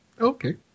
Okay